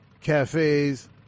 cafes